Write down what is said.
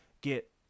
get